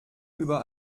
über